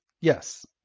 Yes